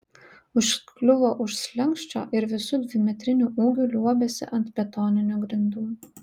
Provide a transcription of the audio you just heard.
užkliuvo už slenksčio ir visu dvimetriniu ūgiu liuobėsi ant betoninių grindų